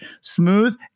smooth